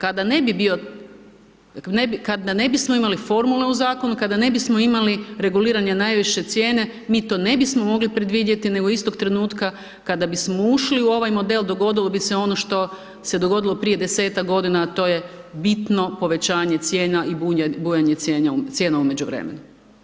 Kada ne bi bio, kada ne bismo imali formule u Zakonu, kada ne bismo imali reguliranja najviše cijene, mi to ne bismo mogli predvidjeti, nego istog trenutka kada bismo ušli u ovaj model, dogodilo bi se ono što se dogodilo prije 10-ak godina, a to je bitno povećanje cijena i bujanje cijena u međuvremenu.